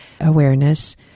awareness